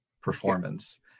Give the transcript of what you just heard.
performance